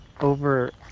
over